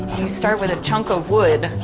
you start with a chunk of wood,